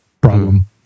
problem